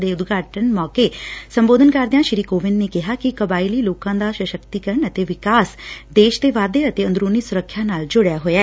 ਦੇ ਉਦਘਾਟਨ ਮੌਕੇ ਸੰਬੋਧਨ ਕਰਦਿਆਂ ਸ੍ਰੀ ਕੋਵਿੰਦ ਨੇ ਕਿਹਾ ਕਿ ਕਬਾਇਲੀ ਲੋਕਾਂ ਦਾ ਸਸਕਤੀਕਰਨ ਅਤੇ ਵਿਕਾਸ ਦੇਸ਼ ਦੇ ਵਾਧੇ ਅਤੇ ਅੰਦਰੁਨੀ ਸੁਰੱਖਿਆ ਨਾਲ ਜੁੜਿਆ ਹੋਇਐ